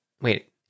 Wait